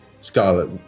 Scarlet